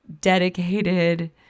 dedicated